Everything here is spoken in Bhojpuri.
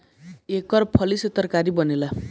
एकर फली से तरकारी बनेला